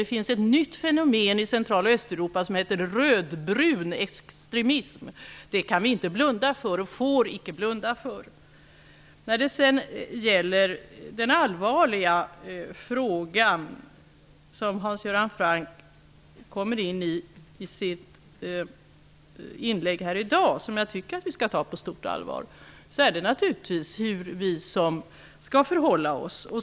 Det finns ett nytt fenomen i Central och Östeuropa som kallas röd-brun extremism. Det kan vi inte och får vi icke blunda för. Den allvarliga fråga som Hans Göran Franck sedan kommer in på i sitt inlägg, och som jag tycker att vi skall ta på stort allvar, är hur vi skall förhålla oss.